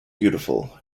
beautiful